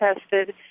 tested